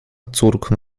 córką